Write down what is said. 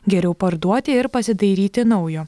geriau parduoti ir pasidairyti naujo